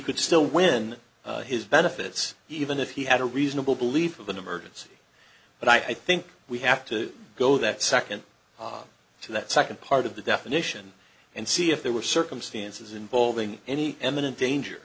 could still win his benefits even if he had a reasonable belief of an emergency but i think we have to go that second to that second part of the definition and see if there were circumstances involving any eminent danger